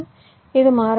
இது மாறக்கூடியது